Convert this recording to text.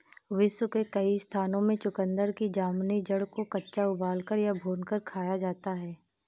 विश्व के कई स्थानों में चुकंदर की जामुनी जड़ को कच्चा उबालकर या भूनकर खाया जाता है